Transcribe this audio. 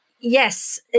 yes